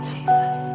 Jesus